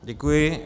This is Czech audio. Děkuji.